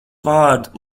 vārdu